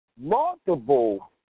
multiple